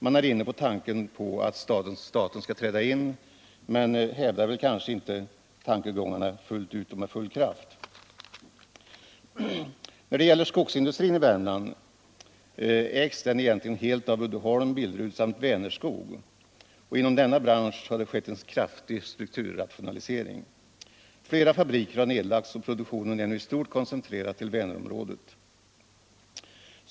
Man är inne på tanken att staten skall träda in men driver ändå inte de planerna fullt ut och med full kraft. När det gäller skogsindustrin i Värmland, som egentligen ägs helt av Uddeholm. Billerud och Vänerskog, har det inom branschen skett en kraftig strukturrationalisering. Flera fabriker har lagts ned, och produktionen är nu i stort koncentrerad till Vänerområdet.